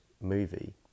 movie